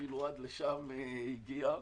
אפילו עד לשם הוא הגיע.